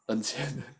earn 钱